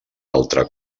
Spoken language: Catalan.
altre